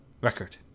record